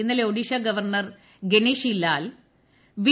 ഇന്നലെ Odisha governor Ganeshi Lal B